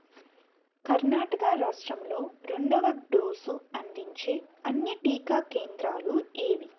కర్ణాటక రాష్ట్రంలో రెండవ డోసు అందించే అన్ని టీకా కేంద్రాలు ఏవి